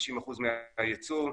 50% מהייצוא,